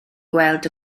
gweld